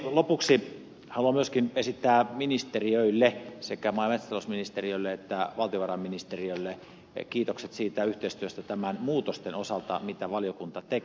lopuksi haluan myöskin esittää ministeriöille sekä maa ja metsätalousministeriölle että valtiovarainministeriölle kiitokset siitä yhteistyöstä näiden muutosten osalta mitä valiokunta teki